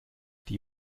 die